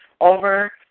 over